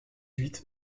huit